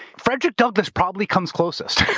frederick douglass probably comes closest.